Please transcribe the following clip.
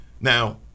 Now